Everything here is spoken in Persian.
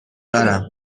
دارم